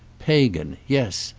pagan yes,